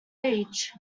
age